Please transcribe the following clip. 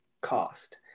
cost